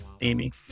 Amy